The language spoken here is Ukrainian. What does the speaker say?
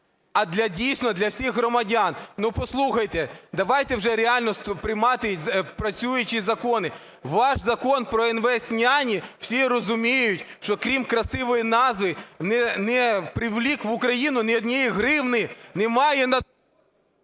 а дійсно для всіх громадян. Послухайте, давайте вже реально приймати працюючі закони. Ваш Закон про "інвестняні", всі розуміють, що крім красивої назви не привлік в Україну ні однієї гривні.